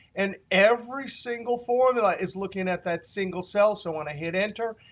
and every single formula is looking at that single cell. so when i hit enter,